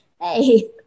hey